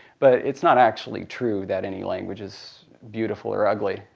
but it's not actually true that any language is beautiful or ugly.